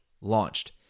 launched